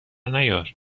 نیار